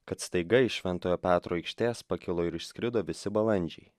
kad staiga iš šventojo petro aikštės pakilo ir išskrido visi balandžiai